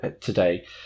today